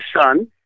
son